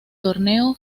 torneo